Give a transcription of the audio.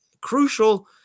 crucial